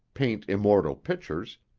paint immortal pictures,